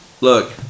Look